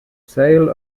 sale